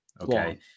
Okay